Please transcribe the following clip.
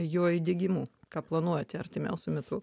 jo įdiegimu ką planuojate artimiausiu metu